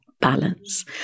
balance